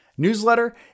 Newsletter